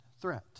threat